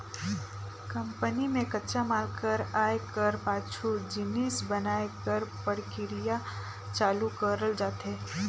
company में कच्चा माल कर आए कर पाछू जिनिस बनाए कर परकिरिया चालू करल जाथे